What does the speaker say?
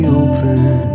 open